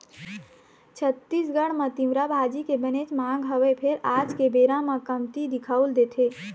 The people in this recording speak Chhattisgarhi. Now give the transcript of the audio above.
छत्तीसगढ़ म तिंवरा भाजी के बनेच मांग हवय फेर आज के बेरा म कमती दिखउल देथे